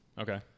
Okay